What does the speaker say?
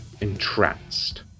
entranced